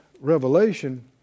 revelation